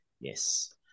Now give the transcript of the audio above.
yes